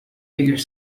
figure